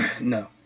No